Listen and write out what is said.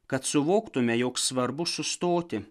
kad suvoktume jog svarbu sustoti